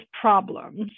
problems